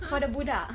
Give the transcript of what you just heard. for the budak